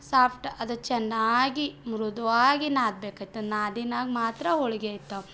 soft ಅದು ಚೆನ್ನಾಗಿ ಮೃದುವಾಗಿ ನಾದಬೇಕಯ್ತು ನಾದಿದಗ ಮಾತ್ರ ಹೋಳಿಗೆ ಆಗ್ತವೆ